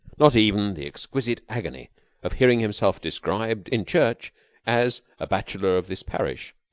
not even the exquisite agony of hearing himself described in church as a bachelor of this parish,